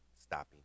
stopping